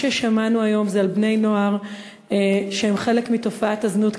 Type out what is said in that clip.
מה ששמענו היום זה על בני-נוער שהם חלק מתופעת הזנות,